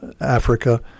Africa